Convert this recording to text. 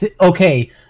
Okay